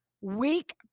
weak